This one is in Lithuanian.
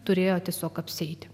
turėjo tiesiog apsieiti